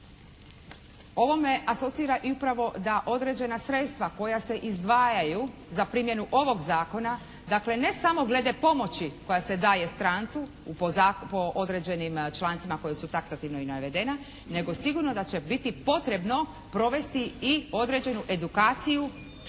Ovo me asocira i upravo da određena sredstva koja se izdvajaju za primjenu ovog zakona dakle ne samo glede pomoći koja se daje strancu po određenim člancima koja su taksativno i navedena, nego sigurno da će biti potrebno provesti i određenu edukaciju službenika